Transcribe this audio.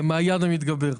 כמעיין המתגבר.